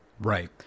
Right